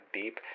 deep